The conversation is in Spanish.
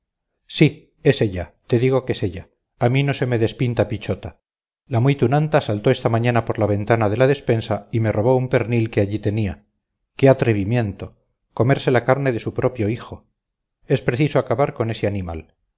sí es ella te digo que es ella a mí no se me despinta pichota la muy tunanta saltó esta mañana por la ventana de la despensa y me robó un pernil que allí tenía qué atrevimiento comerse la carne de su propio hijo es preciso acabar con ese animal